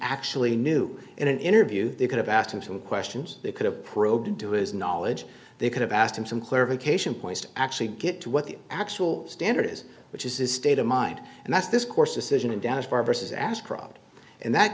actually knew in an interview they could have asked him some questions they could have probed into his knowledge they could have asked him some clarification points to actually get to what the actual standard is which is a state of mind and that's this course decision in dallas barber says ashcroft in that